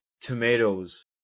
tomatoes